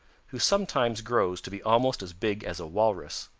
who sometimes grows to be almost as big as a walrus.